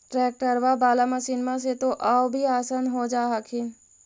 ट्रैक्टरबा बाला मसिन्मा से तो औ भी आसन हो जा हखिन?